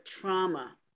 trauma